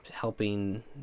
Helping